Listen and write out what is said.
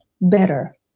better